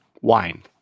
wine